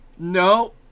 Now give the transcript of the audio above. No